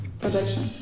projection